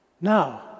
Now